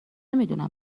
میدونم